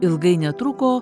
ilgai netruko